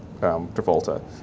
Travolta